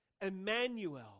Emmanuel